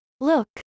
Look